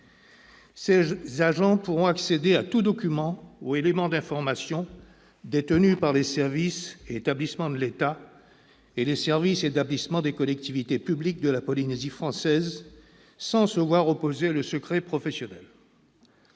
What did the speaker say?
Ces agents pourront accéder à tout document ou élément d'information détenu par les services et établissements de l'État et les services et établissements des collectivités publiques de la Polynésie française, sans se voir opposer le secret professionnel.